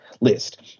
list